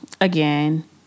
again